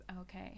okay